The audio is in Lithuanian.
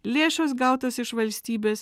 lėšos gautos iš valstybės